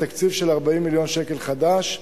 בתקציב של 40 מיליון שקל חדש,